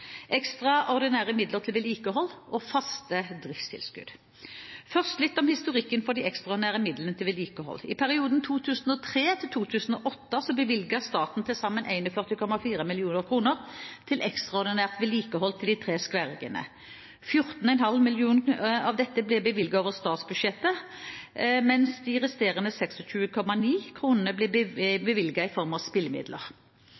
ekstraordinære midler til vedlikehold og faste driftstilskudd. Først litt om historikken for de ekstraordinære midlene til vedlikehold: I perioden 2003–2008 bevilget staten til sammen 41,4 mill. kr til ekstraordinært vedlikehold til de tre skværriggerne. 14,5 mill. kr av dette ble bevilget over statsbudsjettet, mens de resterende 26,9 mill. kr ble bevilget i form av spillemidler.